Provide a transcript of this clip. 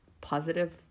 positive